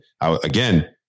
Again